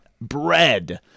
bread